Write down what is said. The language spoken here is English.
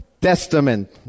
Testament